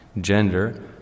gender